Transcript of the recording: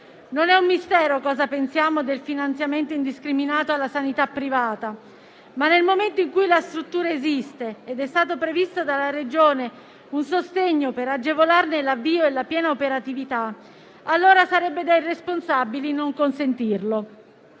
Non è un mistero cosa pensiamo del finanziamento indiscriminato alla sanità privata ma, nel momento in cui la struttura esiste ed è stato previsto dalla Regione un sostegno per agevolarne l'avvio e la piena operatività, sarebbe da irresponsabili non consentirlo.